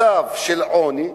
מצב של עוני,